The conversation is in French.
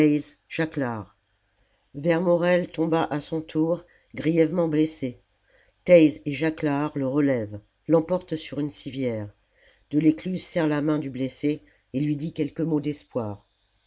vermorel tomba à son tour grièvement blessé theisz et jaclard le relèvent l'emportent sur une civière delescluze serre la main du blessé et lui dit quelques mots d'espoir